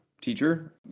teacher